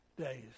days